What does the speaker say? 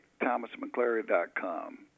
ThomasMcClary.com